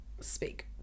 speak